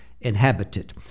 inhabited